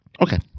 Okay